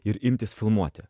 ir imtis filmuoti